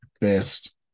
best